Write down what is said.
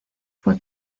fue